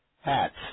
hats